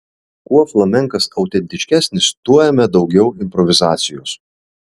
kuo flamenkas autentiškesnis tuo jame daugiau improvizacijos